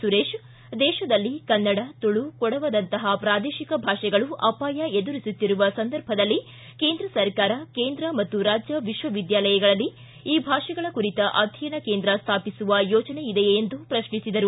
ಸುರೇಶ್ ದೇಶದಲ್ಲಿ ಕನ್ನಡ ತುಳು ಕೊಡವದಂತಹ ಪ್ರಾದೇಶಿಕ ಭಾಷೆಗಳು ಅಪಾಯ ಎದುರಿಸುತ್ತಿರುವ ಸಂದರ್ಭದಲ್ಲಿ ಕೇಂದ್ರ ಸರ್ಕಾರ ಕೇಂದ್ರ ಮತ್ತು ರಾಜ್ಯ ವಿಶ್ವ ವಿದ್ಯಾಲಯಗಳಲ್ಲಿ ಈ ಭಾಷೆಗಳ ಕುರಿತ ಅಧ್ಯಯನ ಕೇಂದ್ರ ಸ್ಥಾಪಿಸುವ ಯೋಜನೆ ಇದೆಯೇ ಎಂದು ಪ್ರಶ್ನಿಸಿದರು